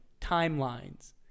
timelines